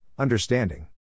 Understanding